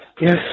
Yes